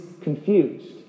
confused